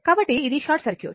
కాబట్టి ఇది short circuit